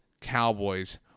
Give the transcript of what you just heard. Cowboys